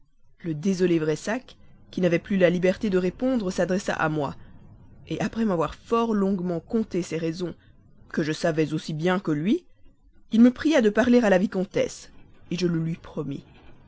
le désolé pressac qui n'avait plus la liberté de répondre s'adressa à moi après m'avoir conté fort longuement ses raisons que je savais aussi bien que lui il me pria de parler à la vicomtesse je le lui promis